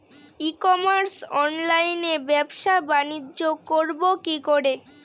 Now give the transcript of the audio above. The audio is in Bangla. ই কমার্স অনলাইনে ব্যবসা বানিজ্য করব কি করে?